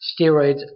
Steroids